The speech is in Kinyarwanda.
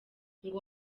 ngo